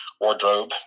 wardrobe